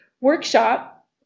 workshop